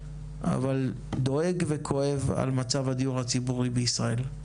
אבל דואג וכואב על מצב הדיור הציבורי בישראל.